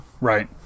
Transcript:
right